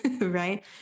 right